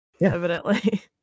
evidently